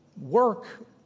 Work